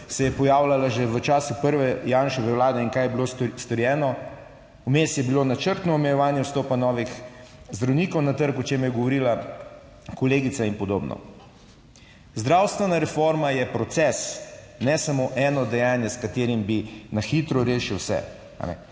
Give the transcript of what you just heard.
se je pojavljala že v času prve Janševe Vlade. In kaj je bilo storjeno? Vmes je bilo načrtno omejevanje vstopa novih zdravnikov na trg, o čemer je govorila kolegica in podobno. Zdravstvena reforma je proces, ne samo eno dejanje, s katerim bi na hitro rešili vse.